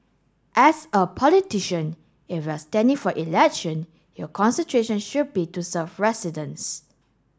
as a politician if you are standing for election your concentration should be to serve residents